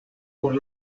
por